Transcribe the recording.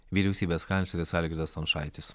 vyriausybės kancleris algirdas stončaitis